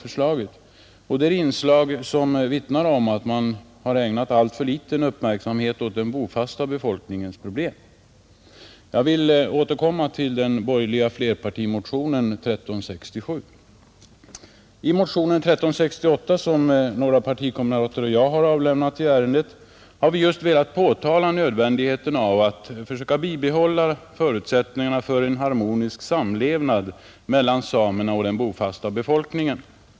Främst vill jag emellertid kommentera en del av de motioner som väckts i anslutning till lagförslaget. Jag vill återkomma bl.a. till den borgerliga flerpartimotionen nr 1367. I motion nr 1368 som några partikamrater och jag själv avlämnat i ärendet har vi velat påtala nödvändigheten att försöka bibehålla förutsättningar för en harmonisk samlevnad mellan samerna och den bofasta befolkningen.